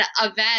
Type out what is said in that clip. event